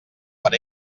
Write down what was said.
per